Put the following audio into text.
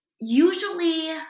usually